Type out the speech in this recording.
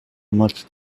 much